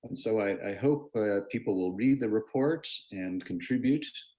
and so i hope people will read the report and contribute.